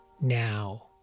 now